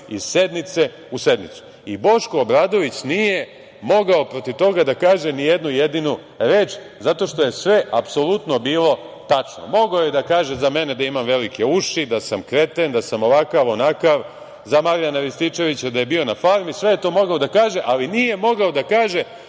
iz sednice u sednicu i Boško Obradović nije mogao protiv toga da kaže ni jedni jedinu reč, zato što je sve apsolutno bilo tačno. Mogao je da kaže za mene da imam velike uši, da sam kreten, da sam ovakav, onakav, za Marijana Rističevića da je bio na farmi. Sve je to mogao da kaže, ali nije mogao da kaže